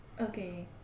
Okay